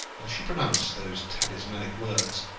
as she pronounced those talismanic words,